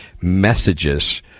messages